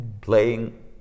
Playing